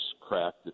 cracked